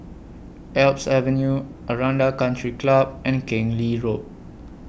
Alps Avenue Aranda Country Club and Keng Lee Road